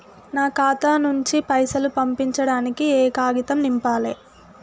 నా ఖాతా నుంచి పైసలు పంపించడానికి ఏ కాగితం నింపాలే?